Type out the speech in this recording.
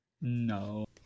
No